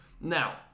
Now